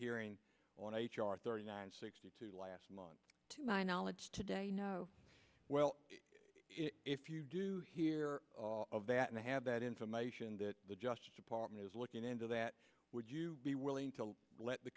hearing on h r thirty nine sixty two last month to my knowledge today you know well if you do hear of that and i have that information that the justice department is looking into that would you be willing to let the